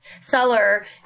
seller